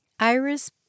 Iris